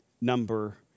number